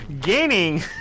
gaining